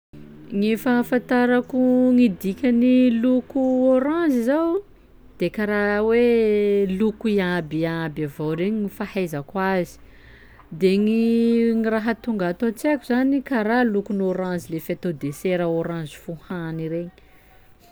Gny fahafantarako gny dikan'ny loko ôranzy zao de karaha hoe loko iabiaby avao regny fahaizako azy, de gny gny raha tonga ato an-tsaiko zany karaha lokon'ny ôranzy le fiatao desera ôranzy fohany iregny.